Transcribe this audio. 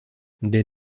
des